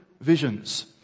visions